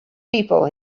people